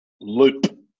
loop